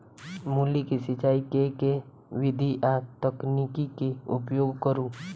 मूली केँ सिचाई केँ के विधि आ तकनीक केँ उपयोग करू?